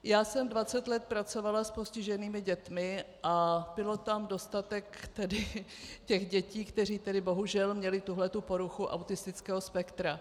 Já jsem dvacet let pracovala s postiženými dětmi a bylo tam dostatek těch dětí, které bohužel měly tuhle poruchu autistického spektra.